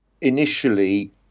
initially